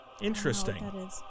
Interesting